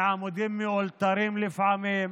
מעמודים מאולתרים לפעמים,